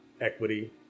equity